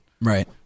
Right